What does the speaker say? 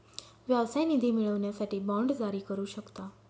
व्यवसाय निधी मिळवण्यासाठी बाँड जारी करू शकता